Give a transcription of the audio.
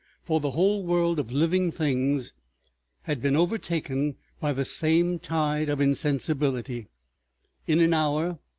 for the whole world of living things had been overtaken by the same tide of insensibility in an hour,